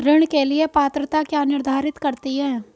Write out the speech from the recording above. ऋण के लिए पात्रता क्या निर्धारित करती है?